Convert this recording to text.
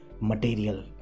material